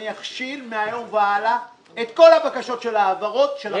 אני אכשיל מהיום והלאה את כל הבקשות של ההעברות של החשב הכללי.